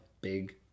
big